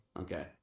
Okay